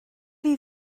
chi